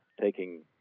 taking